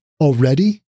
already